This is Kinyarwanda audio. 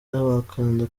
wakanda